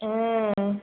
ஆ